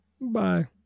bye